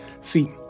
see